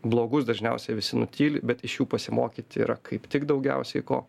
blogus dažniausiai visi nutyli bet iš jų pasimokyti yra kaip tik daugiausiai ko